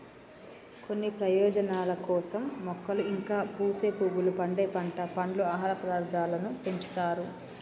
కొన్ని ప్రయోజనాల కోసం మొక్కలు ఇంకా పూసే పువ్వులు, పండే పంట, పండ్లు, ఆహార పదార్థాలను పెంచుతారు